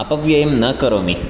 अपव्ययं न करोमि